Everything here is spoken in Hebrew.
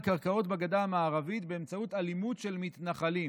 קרקעות בגדה המערבית באמצעות אלימות של מתנחלים"